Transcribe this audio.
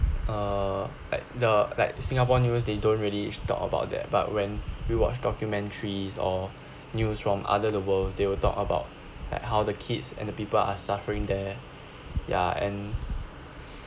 uh like the like singapore news they don't really talk about that but when we watch documentaries or news from other the world they will talk about how the kids and the people are suffering there ya and